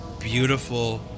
beautiful